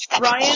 Ryan